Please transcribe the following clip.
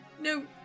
no